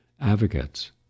advocates